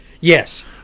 yes